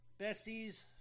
Besties